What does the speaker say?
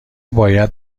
باید